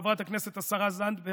חברת הכנסת השרה זנדברג,